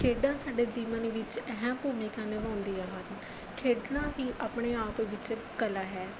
ਖੇਡਾਂ ਸਾਡੇ ਜੀਵਨ ਵਿੱਚ ਅਹਿਮ ਭੂਮਿਕਾ ਨਿਭਾਉਂਦੀਆਂ ਹਨ ਖੇਡਣਾ ਵੀ ਆਪਣੇ ਆਪ ਵਿੱਚ ਕਲਾ ਹੈ